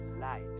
light